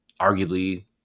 arguably